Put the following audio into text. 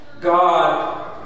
God